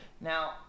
Now